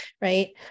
right